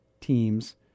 teams